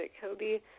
Kobe